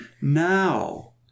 now